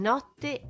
Notte